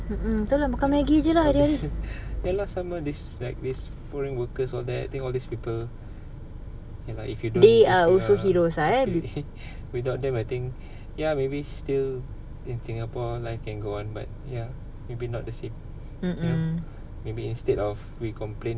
mm mm tu lah makan maggi jer lah hari-hari they are also heroes ah mm mm